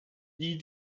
die